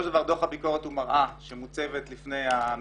של דבר דוח הביקורת הוא מראה שמוצבת לפני המבוקר